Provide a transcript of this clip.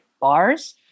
bars